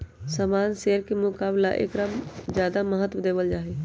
सामान्य शेयर के मुकाबला ऐकरा ज्यादा महत्व देवल जाहई